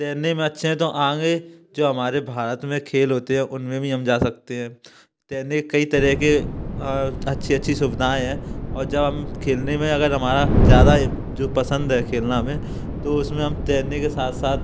तैरने में अच्छे हैं तो आगे जो हमारे भारत में खेल होते हैं उनमें भी हम जा सकते हैं तैरने के कई तरह के अ अच्छी अच्छी सुविधाएं हैं और जब हम खेलने में अगर हमारा ज्यादा जो पसंद है खेलना हमें तो उसमें हम तैरने के साथ साथ